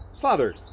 father